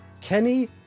Kenny